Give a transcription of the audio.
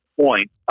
point